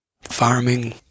farming